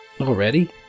Already